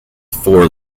four